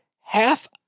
half